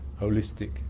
holistic